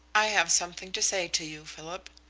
i have something to say to you, philip.